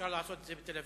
אפשר לעשות את זה בתל-אביב,